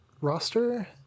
roster